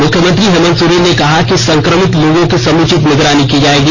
मुख्यमुंत्री हेमंत सोरेन ने कहा कि संक्रमित लोगों की समुचित निगरानी की जाएगी